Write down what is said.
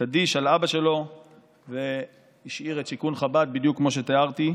קדיש על אבא שלו והשאיר את שיכון חב"ד בדיוק כמו שתיארתי?